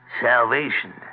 Salvation